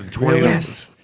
Yes